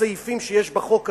הסעיפים שיש בחוק הזה,